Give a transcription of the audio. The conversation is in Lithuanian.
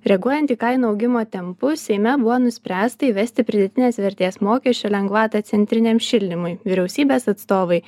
reaguojant į kainų augimo tempus seime buvo nuspręsta įvesti pridėtinės vertės mokesčio lengvatą centriniam šildymui vyriausybės atstovai